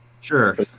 Sure